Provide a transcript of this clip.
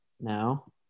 now